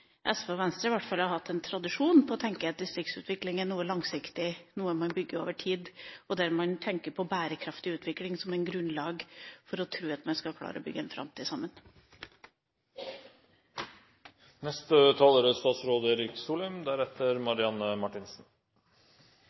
SV og Venstre har i hvert fall hatt tradisjon for å tenke at distriktsutvikling er noe langsiktig, noe man bygger over tid, og der man tenker på bærekraftig utvikling som et grunnlag for å tro at man skal klare å bygge en framtid sammen.